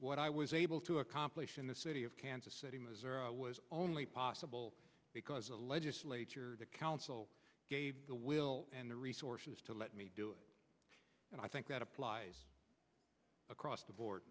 what i was able to accomplish in the city of kansas city missouri was only possible because the legislature the council gave the will and the resources to let me do it and i think that applies across the board